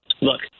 Look